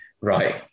right